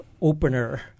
opener